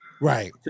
Right